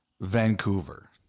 Vancouver